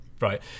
Right